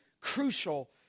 crucial